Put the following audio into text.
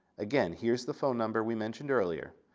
again, here's the phone number we mentioned earlier,